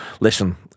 Listen